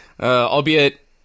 albeit